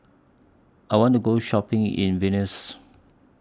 I want to Go Shopping in Vilnius